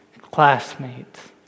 classmates